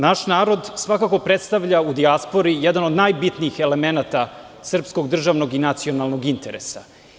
Naš narod svakako predstavlja u dijaspori jedan od najbitnih elemenata srpskog državnog i nacionalnog interesa.